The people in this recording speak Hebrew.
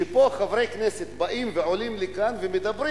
שפה חברי כנסת באים ועולים לכאן ומדברים